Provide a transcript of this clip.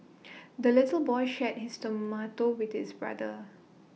the little boy shared his tomato with his brother